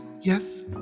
yes